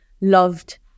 loved